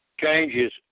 changes